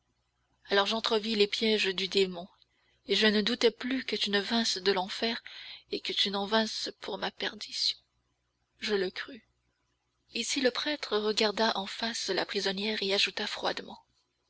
alors j'entrevis le piège du démon et je ne doutai plus que tu ne vinsses de l'enfer et que tu n'en vinsses pour ma perdition je le crus ici le prêtre regarda en face la prisonnière et ajouta froidement